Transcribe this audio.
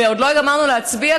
ועוד לא גמרנו להצביע,